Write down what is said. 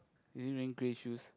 is it rain grey shoes